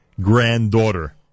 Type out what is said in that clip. granddaughter